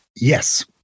yes